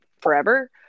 forever